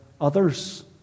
others